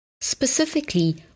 Specifically